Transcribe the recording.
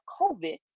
COVID